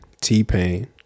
T-Pain